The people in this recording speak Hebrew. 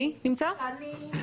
מי את?